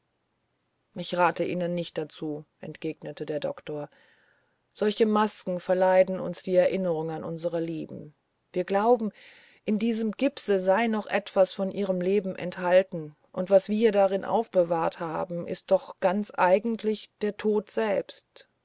ich rate ihnen nicht dazu entgegnete der doktor solche masken verleiden uns die erinnerung an unsere lieben wir glauben in diesem gipse sei noch etwas von ihrem leben enthalten und was wir darin aufbewahrt haben ist doch ganz eigentlich der tod selbst